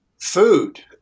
Food